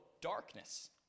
darkness